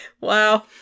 Wow